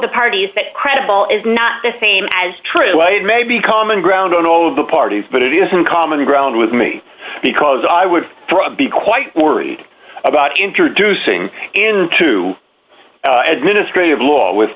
the parties that credible is not the same as true i it may be common ground on all of the parties but it isn't common ground with me because i would be quite worried about introducing into administrative law with